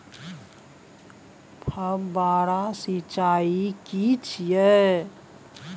फव्वारा सिंचाई की छिये?